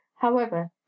However